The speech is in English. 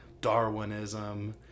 Darwinism